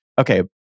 okay